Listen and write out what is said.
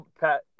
pat